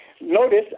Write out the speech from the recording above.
Notice